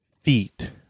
feet